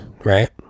right